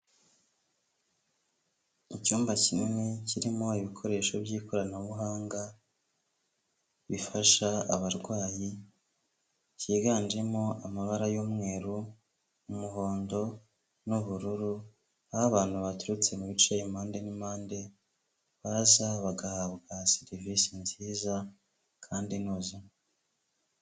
Icyumba kinini kirimo ibikoresho by'ikoranabuhanga bifasha abarwayi, cyiganjemo amabara y'umweru, umuhondo n'ubururu, aho abantu baturutse mu bice impande n'impande, baza bagahabwa serivisi nziza kandi inoze.